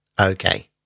Okay